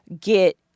get